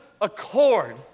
accord